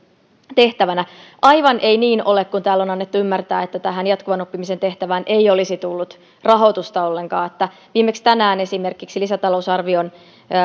tehtävänä aivan ei niin ole kuin täällä on annettu ymmärtää että tähän jatkuvan oppimisen tehtävään ei olisi tullut rahoitusta ollenkaan viimeksi tänään esimerkiksi lisätalousarvion